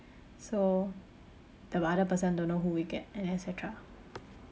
so the other person don't know who we get and et cetera